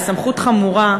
היא סמכות חמורה,